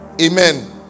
Amen